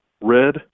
red